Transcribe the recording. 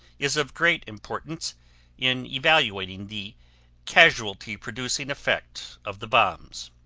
is of great importance in evaluating the casualty-producing effect of the bombs.